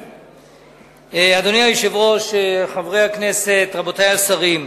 אדוני היושב-ראש, חברי הכנסת, רבותי השרים,